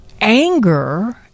anger